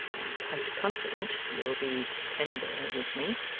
i am quite confident you will be tender with me.